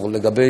ברור.